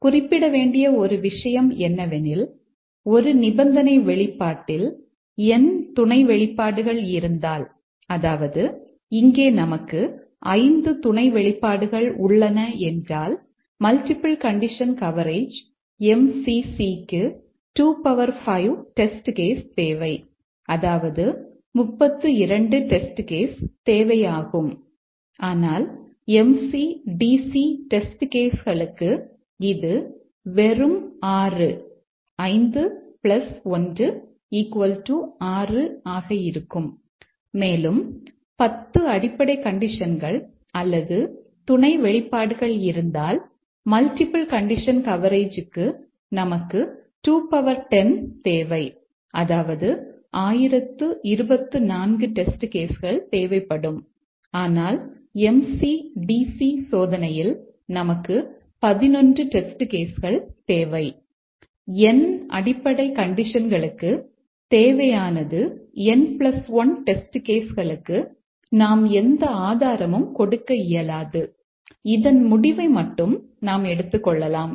குறிப்பிட வேண்டிய ஒரு விஷயம் என்னவெனில் ஒரு நிபந்தனை வெளிப்பாட்டில் n துணை வெளிப்பாடுகள் இருந்தால் அதாவது இங்கே நமக்கு 5 துணை வெளிப்பாடுகள் உள்ளன என்றால் மல்டிபிள் கண்டிஷன் கவரேஜ் களுக்கு நாம் எந்த ஆதாரமும் கொடுக்க இயலாது இதன் முடிவை மட்டும் நாம் எடுத்துக்கொள்ளலாம்